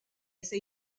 esa